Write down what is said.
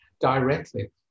directly